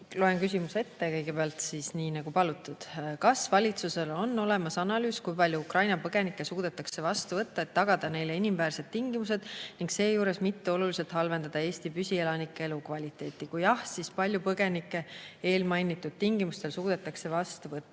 Loen kõigepealt küsimuse ette, nii nagu palutud."Kas valitsusel on olemas analüüs, kui palju Ukraina põgenikke suudetakse vastu võtta, et tagada neile inimväärsed tingimused ning seejuures mitte oluliselt halvendada Eesti püsielanike elukvaliteeti? Kui jah, siis kui palju põgenikke eelmainitud tingimustel suudetakse vastu